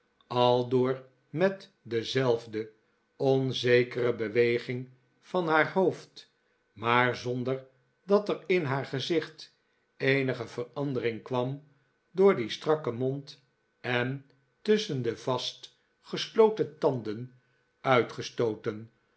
aldoor met dezelfde onzekere beweging van haar hoofd maar zonder dat er in haar gezicht eenige verandering kwam door dien strakken mond en tusschen de vast gesloten tanden uitgestooten